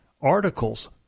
articles